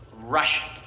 Russian